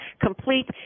complete